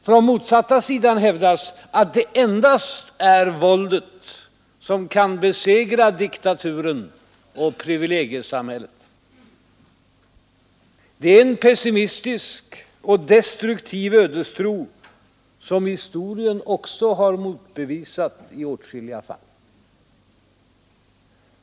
Från motsatta sidan hävdas att det endast är våldet som kan besegra diktaturen och privilegiesamhället. Det är en pessimistisk och destruktiv ödestro som historien också har motbevisat i åtskilliga fall.